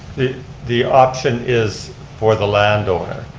the the option is for the landowner.